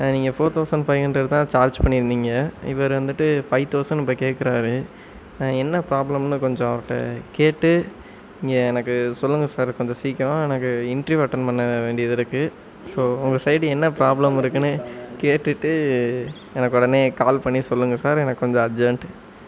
நீங்கள் four thousand five hundred தான் charge பண்ணிருந்தீங்க இவர் வந்துட்டு ஃபை தௌசண்ட் இப்போ கேட்குறாரு என்ன ப்ராப்ளம்னு கொஞ்சம் அவர்கிட்ட கேட்டு நீங்க எனக்கு சொல்லுங்க சார் கொஞ்சம் சீக்கிரம் எனக்கு இன்டர்வியூ அட்டன் பண்ண வேண்டியது இருக்குது ஸோ உங்கள் சைடு என்ன ப்ராப்ளம் இருக்குதுனு கேட்டுட்டு எனக்கு உடனே கால் பண்ணி சொல்லுங்கள் சார் எனக்கு கொஞ்சம் அர்ஜன்ட்